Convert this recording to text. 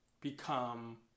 become